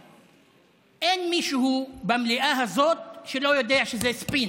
ואין מישהו במליאה הזאת שלא יודע שזה ספין,